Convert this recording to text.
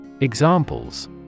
Examples